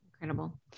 Incredible